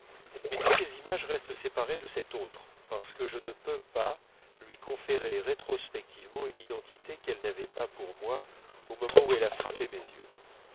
mais toutes ces images restent séparées de cette autre parce que je ne peux pas lui conférer rétrospectivement une identité qu'elle n'avait pas pour moi au moment où elle a frappé mes yeux